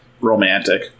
romantic